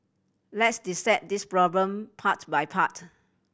let's dissect this problem parts by part